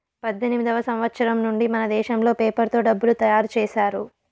పద్దెనిమిదివ సంవచ్చరం నుండి మనదేశంలో పేపర్ తో డబ్బులు తయారు చేశారు